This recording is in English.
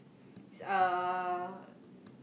uh